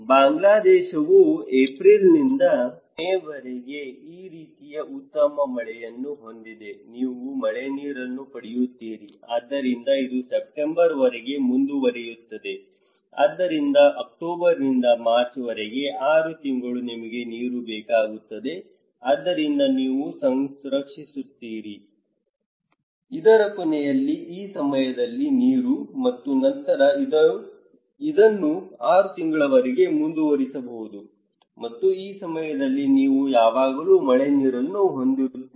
ಬಾಂಗ್ಲಾದೇಶವು ಏಪ್ರಿಲ್ನಿಂದ ಮೇ ವರೆಗೆ ಈ ರೀತಿಯ ಉತ್ತಮ ಮಳೆಯನ್ನು ಹೊಂದಿದೆ ನೀವು ಮಳೆನೀರನ್ನು ಪಡೆಯುತ್ತೀರಿ ಆದ್ದರಿಂದ ಇದು ಸೆಪ್ಟೆಂಬರ್ವರೆಗೆ ಮುಂದುವರಿಯುತ್ತದೆ ಆದ್ದರಿಂದ ಅಕ್ಟೋಬರ್ನಿಂದ ಮಾರ್ಚ್ವರೆಗೆ 6 ತಿಂಗಳು ನಿಮಗೆ ನೀರು ಬೇಕಾಗುತ್ತದೆ ಆದ್ದರಿಂದ ನೀವು ಸಂರಕ್ಷಿಸುತ್ತೀರಿ ಇದರ ಕೊನೆಯಲ್ಲಿ ಈ ಸಮಯದಲ್ಲಿ ನೀರು ಮತ್ತು ನಂತರ ನೀವು ಇದನ್ನು 6 ತಿಂಗಳವರೆಗೆ ಮುಂದುವರಿಸಬಹುದು ಮತ್ತು ಈ ಸಮಯದಲ್ಲಿ ನೀವು ಯಾವಾಗಲೂ ಮಳೆನೀರನ್ನು ಹೊಂದಿರುತ್ತೀರಿ